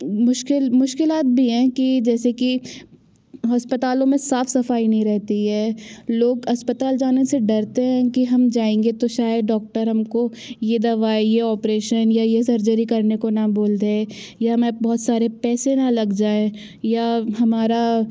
मुश्किल मुश्किलात भी हैं कि जैसे कि अस्पतालों में साफ़ सफ़ाई नहीं रहती है लोग अस्पताल जाने से डरते हैं कि हम जाएँगे तो शायद डॉक्टर हमको ये दवाई ये ऑपरेशन या ये सर्जरी करने को न बोल दे या हमें बहुत सारे पैसे न लग जाए या हमारा